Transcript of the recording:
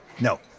No